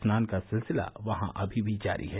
स्नान का सिलसिला वहां अभी भी जारी है